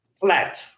flat